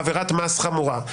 עבירת מס חמורה.